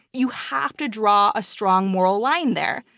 you have to draw a strong moral line there.